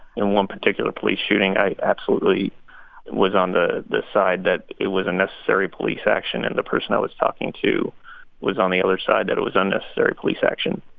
in one particular police shooting, i absolutely was on the the side that it was a necessary police action and the person i was talking to was on the other side that it was unnecessary police action.